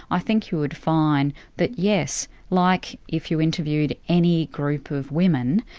i think you would find that yes, like if you interviewed any group of women,